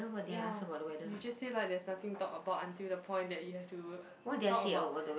ya you just say like there's nothing talk about until the point that you have to uh talk about